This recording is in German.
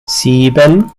sieben